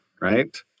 right